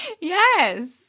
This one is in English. Yes